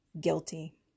Guilty